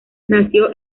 nació